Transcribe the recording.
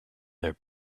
their